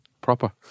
proper